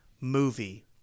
movie